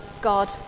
God